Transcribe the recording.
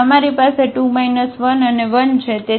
તેથી અમારી પાસે 2 1 અને 1 છે